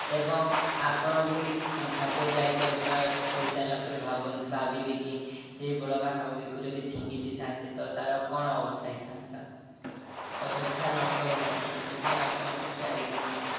ଏବଂ ଆପଣ ବି ଖାଦ୍ୟ ତିଆରି କଲେ ପରେ କରିସାରିଲା ପରେ ଭାବିବେ କି ସେଇ ବଳକା ସାମଗ୍ରୀକୁ ଯଦି ଫିଙ୍ଗି ଦେଇଥାନ୍ତେ ତ ତା'ର କ'ଣ ଅବସ୍ଥା ହେଇଥାନ୍ତା ଅଯଥା ନଷ୍ଟ ହୋଇଥାନ୍ତା ସେଥିପାଇଁ ଆପଣ ବି ତିଆରି କରନ୍ତୁ